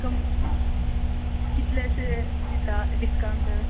कम् कितलेशे दिता डिसकावंट